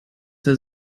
der